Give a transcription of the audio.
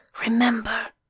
Remember